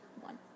one